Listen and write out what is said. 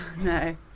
No